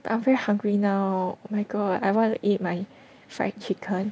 I'm very hungry now oh my god I want to eat my fried chicken